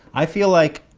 i feel like,